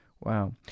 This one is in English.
Wow